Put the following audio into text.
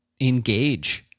engage